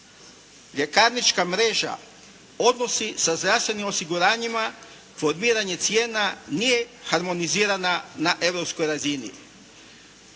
ljekarnička mreža, odnosi sa zdravstvenim osiguranjima, formiranje cijena nije harmonizirana na europskoj razini.